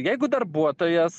jeigu darbuotojas